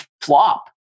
flop